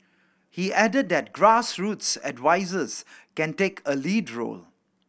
he added that grassroots advisers can take a lead role